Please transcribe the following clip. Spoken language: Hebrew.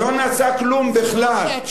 לא נעשה כלום בכלל.